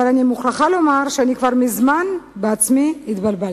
אבל אני מוכרחה לומר שאני כבר מזמן בעצמי התבלבלתי.